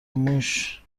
موش